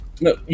No